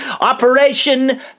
Operation